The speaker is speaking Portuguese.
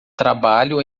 trabalho